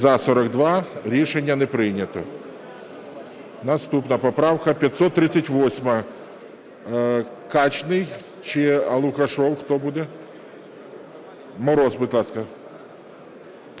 За-42 Рішення не прийнято. Наступна поправка 538. Качний чи Лукашев, хто буде? Мороз, будь ласка.